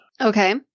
Okay